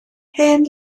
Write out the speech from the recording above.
hen